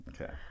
okay